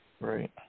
Right